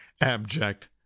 abject